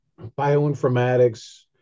bioinformatics